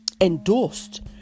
endorsed